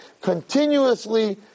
continuously